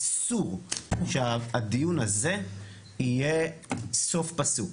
אסור שהדיון הזה יהיה סוף פסוק,